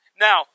Now